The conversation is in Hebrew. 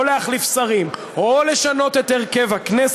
או להחליף שרים,